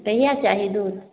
कहिआ चाही दूध